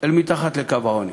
אל מתחת לקו העוני.